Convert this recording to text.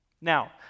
Now